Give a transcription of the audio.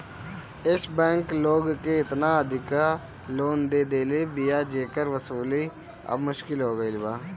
एश bank लोग के एतना अधिका लोन दे देले बिया जेकर वसूली अब मुश्किल हो गईल बाटे